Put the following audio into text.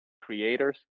creators